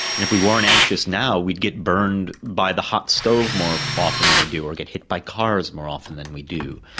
and if we weren't anxious now, we would get burned by the hot stove more often than we do, or get hit by cars more often than we do.